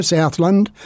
Southland